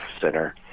center